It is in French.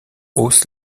hausse